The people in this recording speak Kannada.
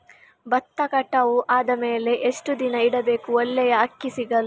ಭತ್ತ ಕಟಾವು ಆದಮೇಲೆ ಎಷ್ಟು ದಿನ ಇಡಬೇಕು ಒಳ್ಳೆಯ ಅಕ್ಕಿ ಸಿಗಲು?